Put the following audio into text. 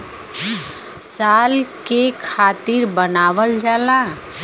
साल के खातिर बनावल जाला